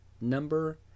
number